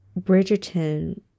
Bridgerton